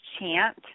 chant